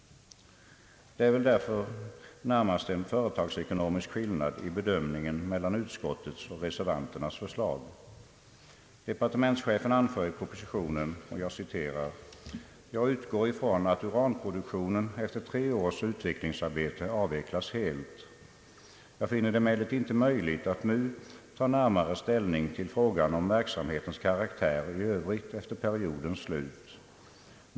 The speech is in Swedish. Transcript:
Det är väl därför närmast en företagsekonomisk skillnad i bedömningen mellan utskottets och reservanternas förslag. Departementschefen anför i propositionen bl.a. följande: »Jag utgår ifrån att uranproduktionen efter tre års utvecklingsarbete avvecklas helt. Jag finner det emellertid inte möjligt att nu ta närmare ställning till frågan om verksamhetens karaktär i övrigt efter periodens slut.